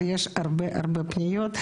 אבל יש הרבה פניות,